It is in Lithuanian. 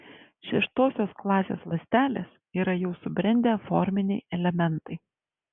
šeštosios klasės ląstelės yra jau subrendę forminiai elementai